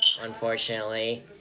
unfortunately